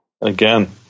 Again